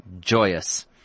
joyous